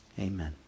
Amen